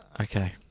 Okay